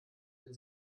den